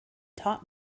taught